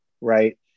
Right